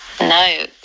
No